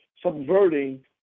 Subverting